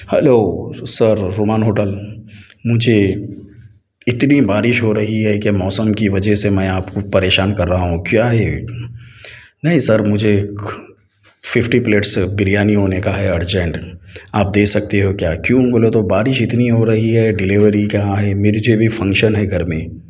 hello sir Roman hotel مجھے اتنی بارش ہو رہی ہے کہ موسم کی وجہ سے میں آپ کو پریشان کر رہا ہوں کیا ہے یہ نہیں سر مجھے ففٹی پلیٹس بریانی ہونے کا ہے ارجنٹ آپ دے سکتے ہو کیا کیوں بولے تو بارش اتنی ہو رہی ہے ڈلیوری جہاں ہے میری جو ابھی فنکشن ہے گھر میں